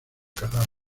cadáver